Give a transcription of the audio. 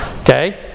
Okay